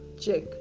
check